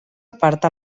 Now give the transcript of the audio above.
aparta